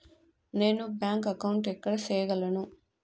నేను bank account ఎక్కడ సేయగలను